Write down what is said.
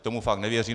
Tomu fakt nevěřím.